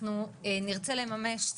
אנחנו מאוד שמחים על זה,